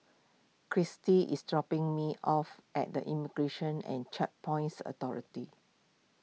Christie is dropping me off at the Immigration and Checkpoints Authority